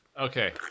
Okay